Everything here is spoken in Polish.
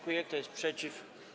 Kto jest przeciw?